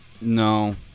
No